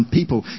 people